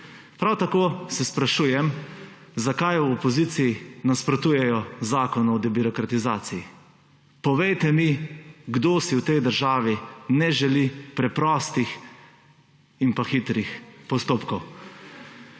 Prav tako se sprašujem, zakaj v opoziciji nasprotujejo zakonu o debirokratizaciji. Povejte mi, kdo si v tej državi ne želi preprostih in pa hitrih postopkov.